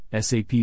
SAP